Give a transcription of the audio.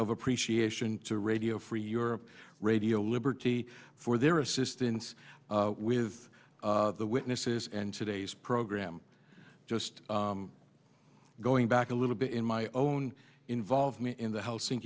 of appreciation to radio free europe radio liberty for their assistance with the witnesses and today's program just going back a little bit in my own involvement in the house